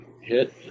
hit